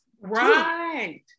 right